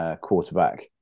quarterback